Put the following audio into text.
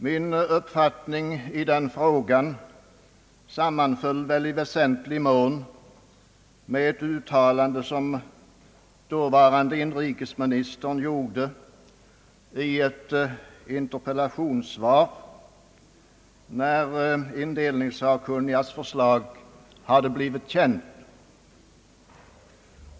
Min uppfattning i den frågan sammanföll väl i väsentlig mån med ett uttalande som dåvarande inrikesministern gjorde i ett interpellationssvar, när indelningssakkunnigas förslag hade blivit känt.